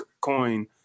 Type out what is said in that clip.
coin